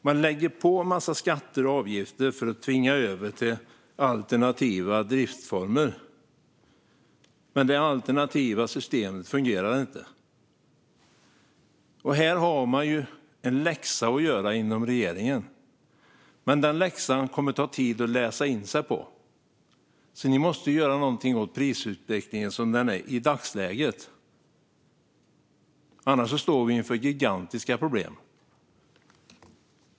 Man lägger på en massa skatter och avgifter för att tvinga över till alternativa driftsformer, men det alternativa systemet fungerar inte. Här har man en läxa att göra inom regeringen, men den läxan kommer att ta tid att läsa in sig på. Ni måste göra någonting åt prisutvecklingen som den är i dagsläget. Annars står vi inför gigantiska problem.